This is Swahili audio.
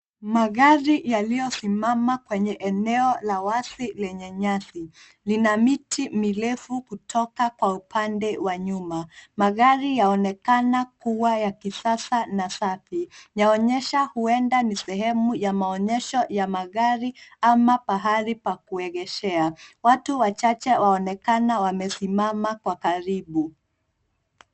Magari yaliyosimama kwenye eneo la wazi lenye nyasi lina miti mirefu kutoka kwa upande wa nyuma. Magari yaonekana kuwa ya kisasa na safi. Yaonyesha huenda ni sehemu ya maonyesho ya magari ama pahali pa kuegeshea. Watu wachache waonekana wamesimama kwa karibu.